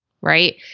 right